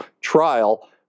trial